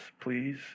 please